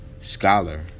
Scholar